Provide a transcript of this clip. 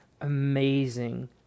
amazing